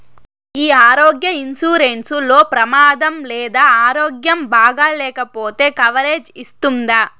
ఈ ఆరోగ్య ఇన్సూరెన్సు లో ప్రమాదం లేదా ఆరోగ్యం బాగాలేకపొతే కవరేజ్ ఇస్తుందా?